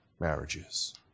Marriages